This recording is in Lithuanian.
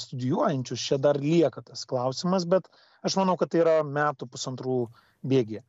studijuojančius čia dar lieka tas klausimas bet aš manau kad tai yra metų pusantrų bėgyje